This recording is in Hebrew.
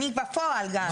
אני בפועל גרה.